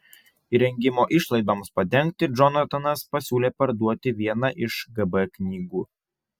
įrengimo išlaidoms padengti džonatanas pasiūlė parduoti vieną iš gb knygų